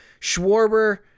Schwarber